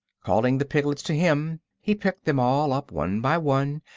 calling the piglets to him he picked them all up, one by one,